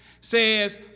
says